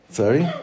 sorry